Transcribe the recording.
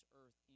earth